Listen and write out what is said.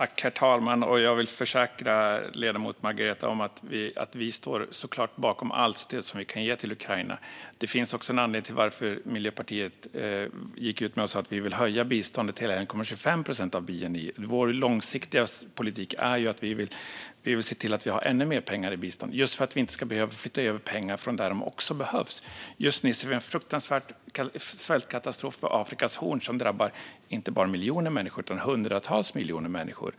Herr talman! Jag vill försäkra ledamoten om att Miljöpartiet såklart står bakom allt stöd som Sverige kan ge till Ukraina. Det finns också en anledning till att Miljöpartiet gick ut och sa att vi vill höja biståndet till hela 1,25 procent av bni. Vår långsiktiga politik är att se till att ge ännu mer pengar i bistånd, just för att man inte ska behöva flytta över pengar från ställen där de också behövs. Just nu pågår till exempel en fruktansvärd svältkatastrof på Afrikas horn som drabbar inte bara miljoner utan hundratals miljoner människor.